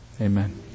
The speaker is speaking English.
Amen